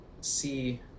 see